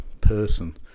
person